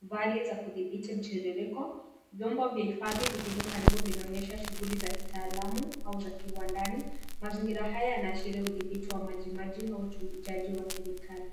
vali za kudhibiti mtiririko. Vyombo vya hifadhi vilivyo karibu vinaonyesha shughuli za kitaalamu au za kiwandani. Mazingira haya yanaashiria udhibiti wa majimaji au utumikaji wa kemikali.